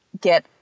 get